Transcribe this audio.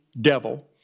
devil